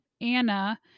Anna